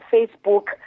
Facebook